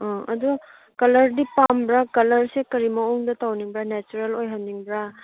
ꯑꯣ ꯑꯗꯨ ꯀꯂꯔꯗꯤ ꯄꯥꯝꯕ꯭ꯔꯥ ꯀꯂꯔꯁꯦ ꯀꯔꯤ ꯃꯑꯣꯡꯗ ꯇꯧꯅꯤꯡꯕ꯭ꯔꯥ ꯅꯦꯆꯔꯦꯜ ꯑꯣꯏꯍꯟꯅꯤꯡꯕ꯭ꯔꯥ